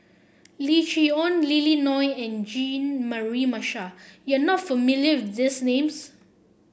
Lim Chee Onn Lily Neo and Jean Mary Marshall you are not familiar these names